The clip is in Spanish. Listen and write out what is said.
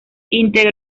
integró